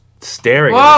staring